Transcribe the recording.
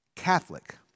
Catholic